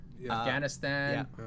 Afghanistan